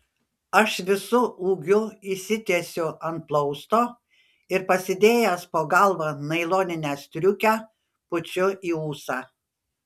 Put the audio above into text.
aš visu ūgiu išsitiesiu ant plausto ir pasidėjęs po galva nailoninę striukę pučiu į ūsą